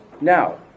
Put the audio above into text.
Now